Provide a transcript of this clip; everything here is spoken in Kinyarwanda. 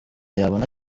yabona